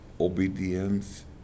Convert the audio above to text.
obedience